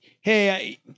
hey